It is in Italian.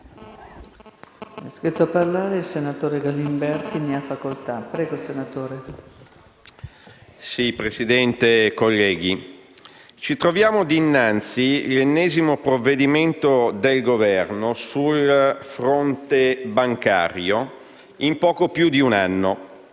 Presidente, colleghi, ci troviamo dinanzi all'ennesimo provvedimento del Governo sul fronte bancario in poco più di un anno.